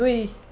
दुई